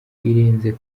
irenze